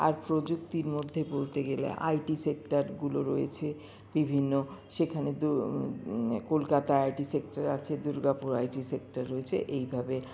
আর প্রযুক্তির মধ্যে বলতে গেলে আইটি সেক্টরগুলো রয়েছে বিভিন্ন সেখানে কলকাতার আইটি সেক্টর আছে দুর্গাপুর আইটি সেক্টর রয়েছে এইভাবে